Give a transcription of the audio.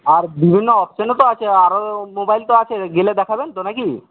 আর বিভিন্ন অপশানও তো আছে আরও মোবাইল তো আছে গেলে দেখাবেন তো নাকি